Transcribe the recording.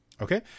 Okay